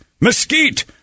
mesquite